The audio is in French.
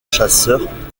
chasseurs